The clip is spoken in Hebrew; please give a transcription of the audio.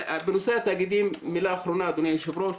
בנושא התאגידים מילה אחרונה, אדוני היושב-ראש.